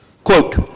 Quote